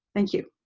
thank you.